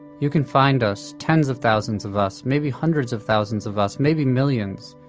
you can find us, tens of thousands of us, maybe hundreds of thousands of us, maybe millions,